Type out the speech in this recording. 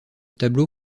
tableau